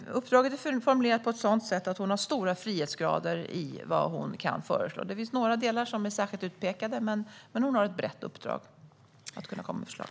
Uppdraget är formulerat på ett sådant sätt att hon har stor frihet i vad hon kan föreslå. Det finns några delar som är särskilt utpekade, men hon har ett brett uppdrag att kunna komma med förslag.